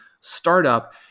startup